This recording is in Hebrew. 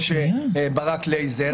או ברק לייזר.